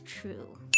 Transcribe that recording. true